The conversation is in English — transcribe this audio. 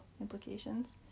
implications